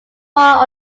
far